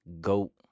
goat